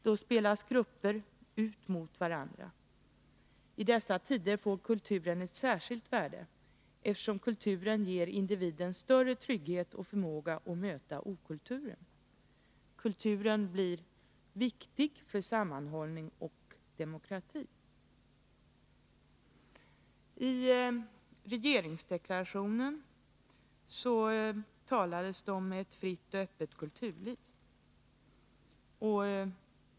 Då spelas grupper ut mot varandra. I dessa tider får kulturen ett särskilt värde eftersom kulturen ger individen större trygghet och förmåga att möta okulturen. Kulturen blir viktig för sammanhållning och demokrati.” I regeringsdeklarationen talades det om ett fritt och öppet kulturliv.